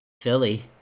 Philly